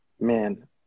man